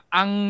ang